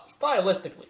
stylistically